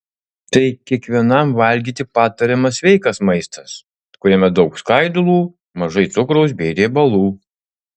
tai kiekvienam valgyti patariamas sveikas maistas kuriame daug skaidulų mažai cukraus bei riebalų